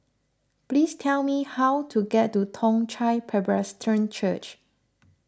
please tell me how to get to Toong Chai Presbyterian Church